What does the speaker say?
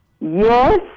Yes